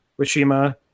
Wishima